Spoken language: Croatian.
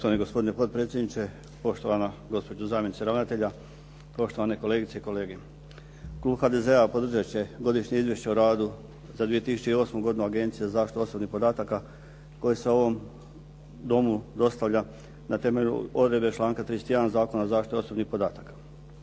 Poštovani gospodine potpredsjedniče, poštovana gospođo zamjenice ravnatelja, poštovane kolegice i kolege. Klub HDZ-a podržat će Godišnje izvješće o radu za 2008. godinu Agencije za zaštitu osobnih podataka koje se ovom Domu dostavlja na temelju odredbe članka 31. Zakona o zaštiti osobnih podataka.